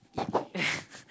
eat